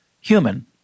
human